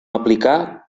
aplicar